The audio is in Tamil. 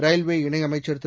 ரயில்வே இணையமைச்சர் திரு